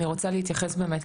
אני רוצה להתייחס באמת,